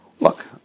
Look